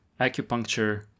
acupuncture